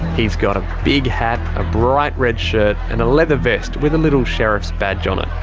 he's got a big hat, a bright red shirt, and a leather vest with a little sheriff's badge on it.